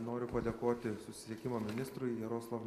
noriu padėkoti susisiekimo ministrui jaroslav